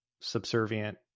subservient